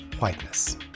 Whiteness